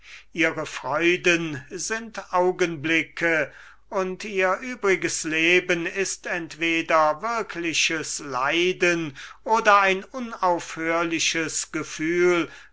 ihre freuden sind augenblicke und ihre übrige dauer ist entweder ein würkliches leiden oder ein unaufhörliches gefühl